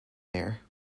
there